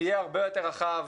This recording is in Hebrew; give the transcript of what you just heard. יהיה הרבה יותר רחב.